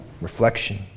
reflection